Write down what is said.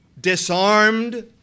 disarmed